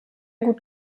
gut